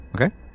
Okay